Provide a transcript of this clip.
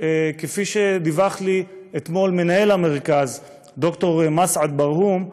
כפי שדיווח לי אתמול מנהל המרכז ד"ר מסעד ברהום,